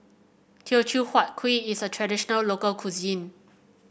Teochew Huat Kuih is a traditional local cuisine